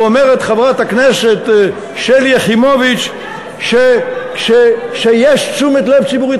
ואומרת חברת הכנסת שלי יחימוביץ שיש תשומת לב ציבורית.